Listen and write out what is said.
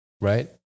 Right